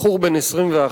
בחור בן 21,